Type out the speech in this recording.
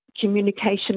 communication